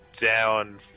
Down